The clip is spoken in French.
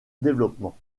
développement